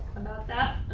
about that.